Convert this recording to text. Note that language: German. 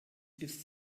ist